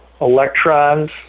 electrons